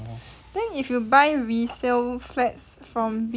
then if you buy resale flats from